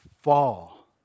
fall